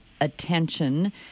attention